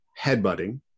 headbutting